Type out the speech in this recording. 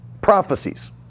prophecies